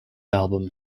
album